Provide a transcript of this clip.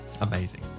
amazing